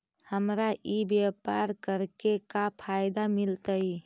हमरा ई व्यापार करके का फायदा मिलतइ?